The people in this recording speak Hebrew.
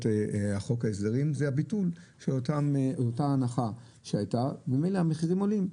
חוק ההסדרים ביטל את אותה הנחה שהייתה והמחירים עולים.